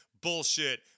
Bullshit